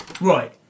Right